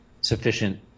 sufficient